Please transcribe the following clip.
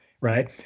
Right